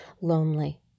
lonely